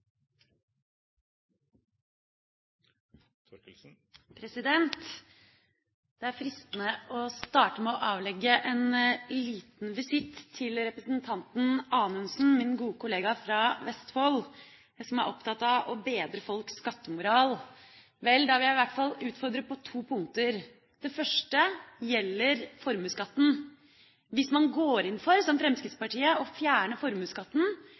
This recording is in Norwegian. til. Det er fristende å starte med å avlegge representanten Anundsen, min gode kollega fra Vestfold, som er opptatt av å bedre folks skattemoral en liten visitt. Vel, da vil jeg i hvert fall utfordre på to punkter. Det første gjelder formuesskatten. Hvis man går inn for, som Fremskrittspartiet, å fjerne formuesskatten,